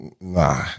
Nah